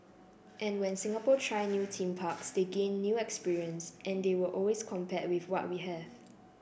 and when Singapore try new theme parks they gain new experience and they always compare with what we have